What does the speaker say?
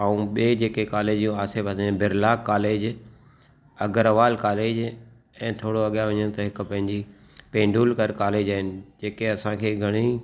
ऐं ॿिए जेके कॉलेजियूं आसे पासे आहिनि बिरला कॉलेज अगरवाल कॉलेज ऐं थोरो अॻियां वञनि त हिकु पंहिंजी पेंडुलकर कॉलेज आहिनि जेके असांखे घणी